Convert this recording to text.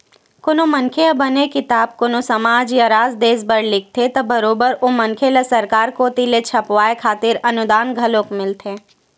कोनो मनखे ह बने किताब कोनो समाज या राज देस बर लिखथे त बरोबर ओ मनखे ल सरकार कोती ले छपवाय खातिर अनुदान घलोक मिलथे